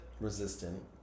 Resistant